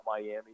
Miami